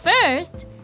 First